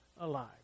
alive